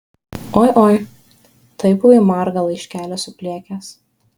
oi oi tai buvai margą laiškelį supliekęs